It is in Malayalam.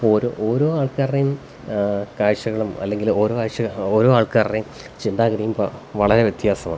ഓരോ ഓരോ ആൾക്കാരുടെയും കാഴ്ച്ചകളും അല്ലെങ്കില് ഓരോ ആഴ്ച്ച ഓരോ ആൾക്കാരുടെയും ചിന്താഗതിയും വളരെ വ്യത്യാസമാണ്